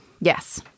Yes